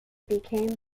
became